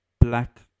black